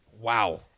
Wow